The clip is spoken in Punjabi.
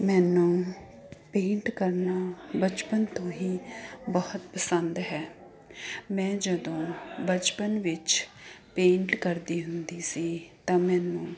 ਮੈਨੂੰ ਪੇਂਟ ਕਰਨਾ ਬਚਪਨ ਤੋਂ ਹੀ ਬਹੁਤ ਪਸੰਦ ਹੈ ਮੈਂ ਜਦੋਂ ਬਚਪਨ ਵਿੱਚ ਪੇਂਟ ਕਰਦੀ ਹੁੰਦੀ ਸੀ ਤਾਂ ਮੈਨੂੰ